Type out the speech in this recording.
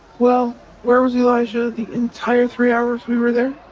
well where was elijah the entire three hours we were there?